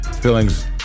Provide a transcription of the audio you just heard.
Feelings